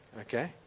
Okay